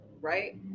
right